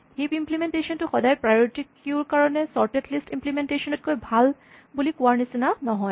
heap implementation টো সদায় priority queue ৰ কাৰণে চৰ্টেড লিষ্ট ইমপ্লিমেন্টেচন তকৈ ভাল বুলি কোৱাৰ নিচিনা নহয়